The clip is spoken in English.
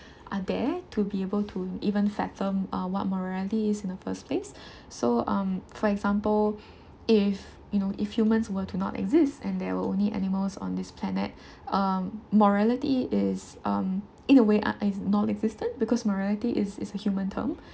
are there to be able to even to fathom uh what morality is in the first place so um for example if you know if humans were to not exist and there were only animals on this planet um morality is um in a way un~ is non existent because morality is is a human term